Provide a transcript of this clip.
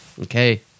Okay